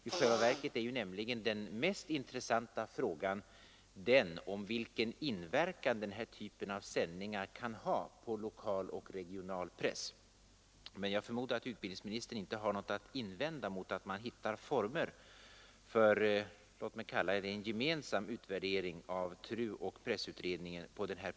Den mest intressanta frågan är nämligen i själva verket vilken inverkan denna typ av sändningar kan ha på lokal och regional press. Jag förmodar att utbildningsministern inte har något att invända mot att man hittar former för en gemensam utvärdering av TRU och pressutredningen.